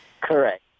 Correct